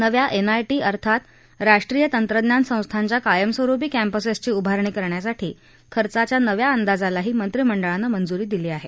नव्या एनआयटी अर्थात राष्ट्रीय तंत्रज्ञान संस्थांच्या कायमस्वरुपी कँपसेसची उभारणी करण्यासाठी खर्चाच्या नव्या अंदाजालाही मंत्रीमंडळानं मंजूरी दिली आहे